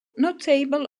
notable